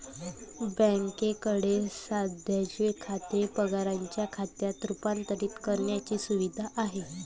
बँकेकडे सध्याचे खाते पगाराच्या खात्यात रूपांतरित करण्याची सुविधा आहे